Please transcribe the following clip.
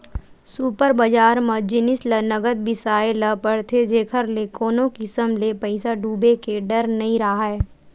super बजार म जिनिस ल नगद बिसाए ल परथे जेखर ले कोनो किसम ले पइसा डूबे के डर नइ राहय